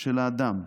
של 'הדר',